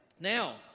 Now